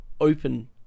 open